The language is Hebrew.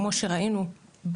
כמו שראינו,